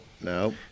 no